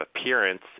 appearance